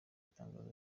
itangazo